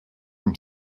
from